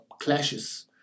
clashes